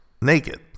naked